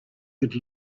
could